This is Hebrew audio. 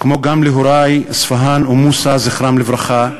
להורי אספהאן ומוסא, זכרם לברכה,